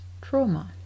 trauma